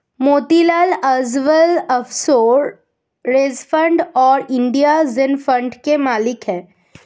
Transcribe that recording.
Motilal Oswal offshore hedge fund और India Zen fund के मालिक हैं